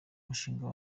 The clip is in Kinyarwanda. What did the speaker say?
umushumba